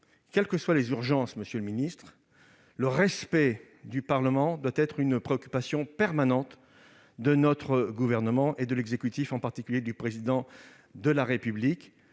Quelles que soient les urgences, monsieur le ministre, le respect du Parlement doit être une préoccupation permanente de notre gouvernement et de l'exécutif, en particulier du Président de la République.